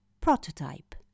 prototype